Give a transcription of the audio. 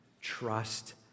Trust